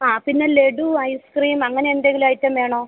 ആ പിന്നെ ലഡ്ഡൂ ഐസ്ക്രീം അങ്ങനെ എന്തെങ്കിലും അയ്റ്റം വേണോ